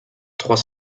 trois